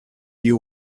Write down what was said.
you